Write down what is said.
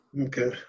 Okay